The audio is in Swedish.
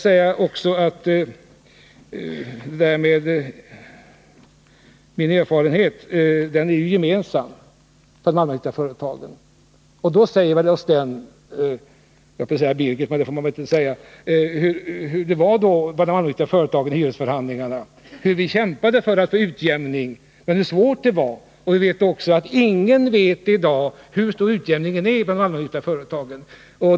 Vi har en gemensam erfarenhet vad beträffar de allmännyttiga företagen, och den säger oss hur det var vid hyresförhandlingarna, hur vi kämpade för att få utjämning men hur svårt det var. Ingen vet heller i dag hur stor utjämningen är i de allmännyttiga företagen.